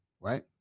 Right